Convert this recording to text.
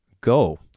go